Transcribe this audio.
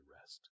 rest